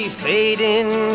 fading